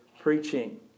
preaching